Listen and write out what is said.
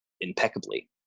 impeccably